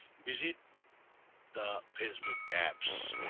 visit the facebook apps